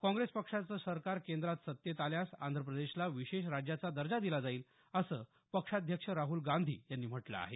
काँग्रेस पक्षाचं सरकार केंद्रात सत्तेत आल्यास आंध्र प्रदेशला विशेष राज्याचा दर्जा दिला जाईल असं पक्षाध्यक्ष राह्ल गांधी यांनी म्हटलं आहे